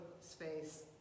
space